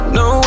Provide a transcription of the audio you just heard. no